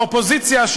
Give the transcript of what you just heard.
האופוזיציה,